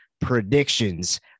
predictions